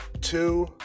Two